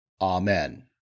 Amen